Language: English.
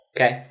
Okay